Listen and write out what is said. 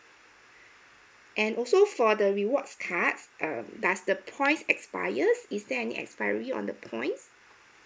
and also for the rewards card hmm does the points expires is there any expiry on the points